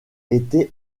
était